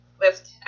lift